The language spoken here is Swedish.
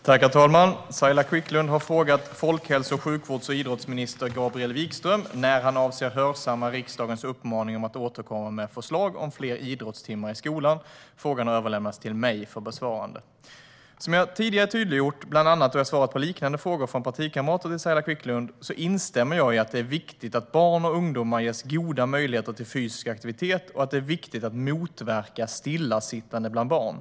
Svar på interpellationer Herr talman! Saila Quicklund har frågat folkhälso-, sjukvårds och idrottsminister Gabriel Wikström när han avser att hörsamma riksdagens uppmaning att återkomma med förslag om fler idrottstimmar i skolan. Frågan har överlämnats till mig för besvarande. Som jag tidigare tydliggjort, bland annat då jag svarat på liknande frågor från partikamrater till Saila Quicklund, instämmer jag i att det är viktigt att barn och ungdomar ges goda möjligheter till fysisk aktivitet och att det är viktigt att motverka stillasittande bland barn.